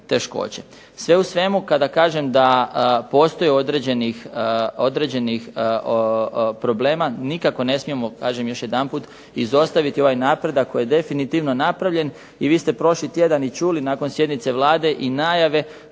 Sve u svemu kada kažem da postoji određenih problema nikako ne smijemo, kažem još jedanput izostaviti ovaj napredak koji je definitivno napravljen, i vi ste prošli tjedan i čuli nakon sjednice Vlade i najave